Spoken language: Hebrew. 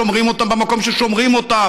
שומרים אותם במקום ששומרים אותם,